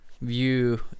View